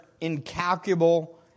incalculable